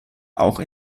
auch